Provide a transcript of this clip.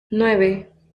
nueve